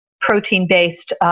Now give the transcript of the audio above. protein-based